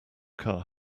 car